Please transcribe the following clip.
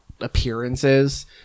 appearances